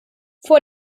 vor